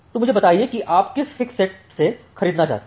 तो मुझे बताइए कि आप किस फिक्स सेट क्लासेज से खरीदना चाहते हैं